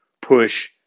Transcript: push